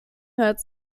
hört